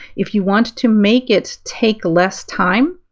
if you want to make it take less time,